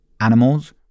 animals